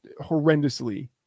horrendously